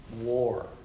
war